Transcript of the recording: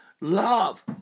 love